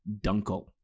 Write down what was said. Dunkel